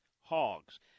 hogs